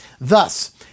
Thus